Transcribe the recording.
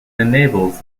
enables